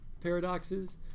paradoxes